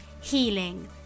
healing